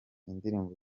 indirimbo